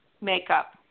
makeup